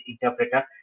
interpreter